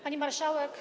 Pani Marszałek!